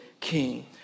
king